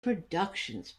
productions